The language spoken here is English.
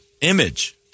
image